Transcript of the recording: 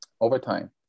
Overtime